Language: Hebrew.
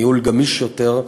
ניהול גמיש יותר,